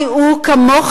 כי הוא כמוך,